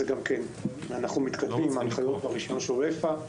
אנחנו מתקדמים עם ההנחיות ברישיון של אופ"א.